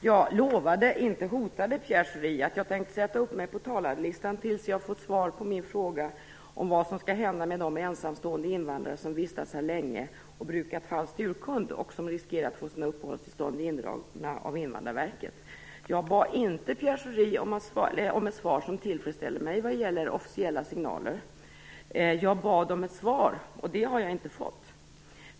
Fru talman! Jag lovade Pierre Schori - inte hotade - att sätta upp mig på talarlistan tills jag har fått svar på min fråga om vad som skall hända med de ensamstående invandrare som vistats här länge och brukat falsk urkund. De riskerar att få sina uppehållstillstånd indragna av Invandrarverket. Jag bad inte Pierre Schori om ett svar som tillfredsställde mig vad gäller officiella signaler, men jag bad om ett svar. Det har jag inte fått.